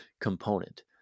component